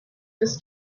this